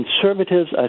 Conservatives